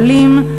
עולים,